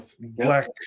black